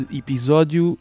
episódio